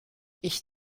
ich